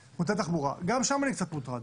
גם שם אני קצת מוטרד.